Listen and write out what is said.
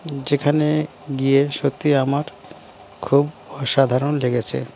যেখানে গিয়ে সত্যি আমার খুব অসাধারণ লেগেছে